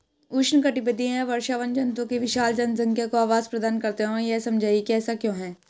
उष्णकटिबंधीय वर्षावन जंतुओं की विशाल जनसंख्या को आवास प्रदान करते हैं यह समझाइए कि ऐसा क्यों है?